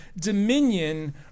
dominion